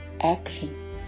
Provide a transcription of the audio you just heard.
action